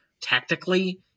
tactically